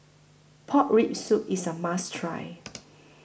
Pork Rib Soup IS A must Try